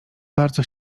bardzo